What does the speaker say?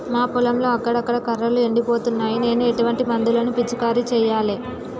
మా పొలంలో అక్కడక్కడ కర్రలు ఎండిపోతున్నాయి నేను ఎటువంటి మందులను పిచికారీ చెయ్యాలే?